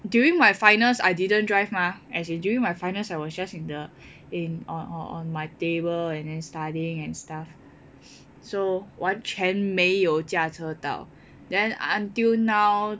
during my finals I didn't drive mah as in during my finals I was just in the in on on on my table and then studying and stuff so 完全没有驾车到 then until now